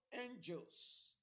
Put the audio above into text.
angels